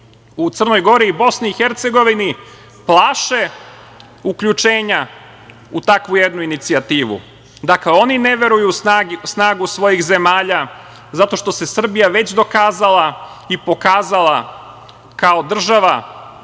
u Crnoj Gori i BiH plaše uključenja u takvu jednu inicijativu. Dakle, oni ne veruju u snagu svojih zemalja zato što se Srbija već dokazala i pokazala kao država